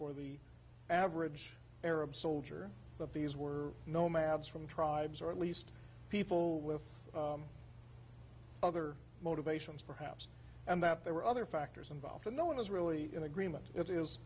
for the average arab soldier but these were nomads from tribes or at least people with other motivations perhaps and that there were other factors involved and no one is really in agreement it